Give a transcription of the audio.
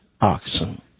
oxen